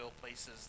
places